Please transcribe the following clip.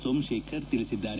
ಸೋಮಶೇಖರ್ ತಿಳಿಸಿದ್ದಾರೆ